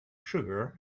sugar